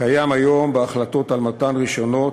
היום בהחלטות על מתן רישיונות,